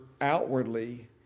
outwardly